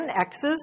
X's